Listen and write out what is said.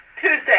Tuesday